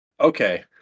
Okay